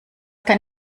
kann